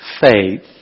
faith